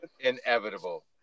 inevitable